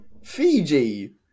Fiji